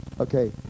Okay